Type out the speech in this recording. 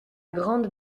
grande